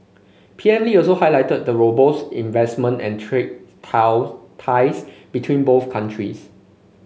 P M Lee also highlighted the robust investment and trade ties between both countries